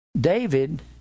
David